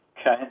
Okay